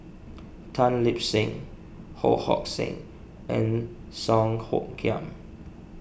Tan Lip Seng Ho Hong Sing and Song Hoot Kiam